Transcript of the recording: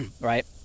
right